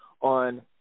on